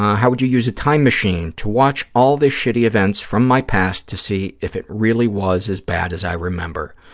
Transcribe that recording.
how would you use a time machine? to watch all the shitty events from my past to see if it really was as bad as i remember,